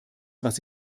was